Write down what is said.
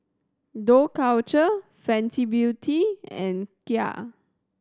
Dough Culture Fenty Beauty and Kia